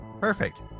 Perfect